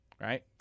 Right